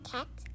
Cat